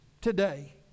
today